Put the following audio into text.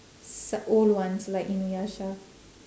s~ old ones like inuyasha